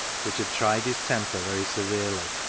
which had tried his temper very severely,